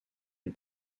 une